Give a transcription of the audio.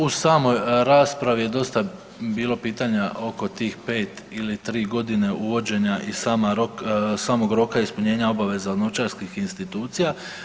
U samoj raspravi je dosta bilo pitanja oko tih pet ili tri godine uvođenja i samog roka ispunjenja obaveza od novčarskih institucija.